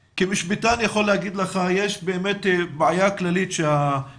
כמשפטן אני יכול לומר לך שבאמת יש בעיה כללית שכנראה